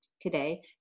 today